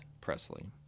Presley